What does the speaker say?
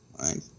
right